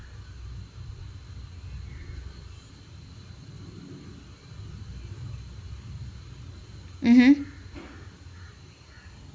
mmhmm